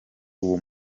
uwo